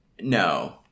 No